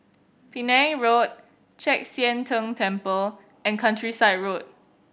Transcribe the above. Penang Road Chek Sian Tng Temple and Countryside Road